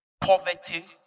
poverty